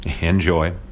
enjoy